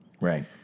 Right